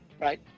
Right